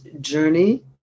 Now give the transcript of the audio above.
journey